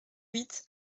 huit